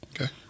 Okay